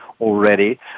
already